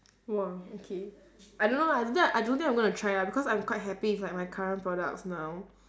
!wah! okay I don't know lah I don't think I don't think I'm gonna try ah because I'm quite happy with like my current products now